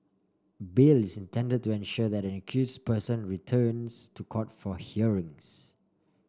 bail is intended to ensure that an accused person returns to court for hearings